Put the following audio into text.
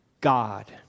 God